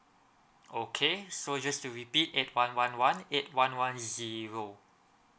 okay so just to repeat eight one one one eight one one zero